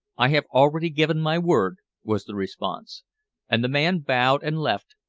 i have already given my word, was the response and the man bowed and left,